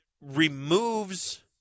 removes